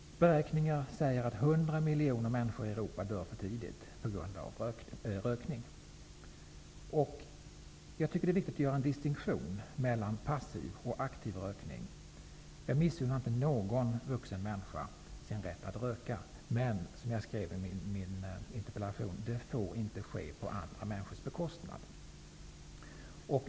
Beräkningar säger att 100 miljoner människor i Europa dör för tidigt på grund av rökning. Jag tycker att det är viktigt att göra en distinktion mellan passiv och aktiv rökning. Jag missunnar inte någon vuxen människa sin rätt att röka, men -- som jag skrev i min interpellation -- det får inte ske på andra människors bekostnad.